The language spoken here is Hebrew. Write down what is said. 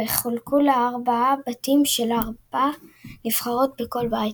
וחולקו לארבעה בתים של ארבע נבחרות בכל בית.